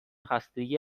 خستگی